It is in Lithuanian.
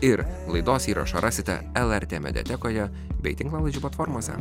ir laidos įrašą rasite lrt mediatekoje bei tinklalaidžių platformose